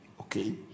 okay